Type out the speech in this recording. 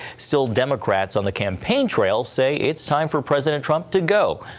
still, democrats on the campaign trail say it time for president trump to go.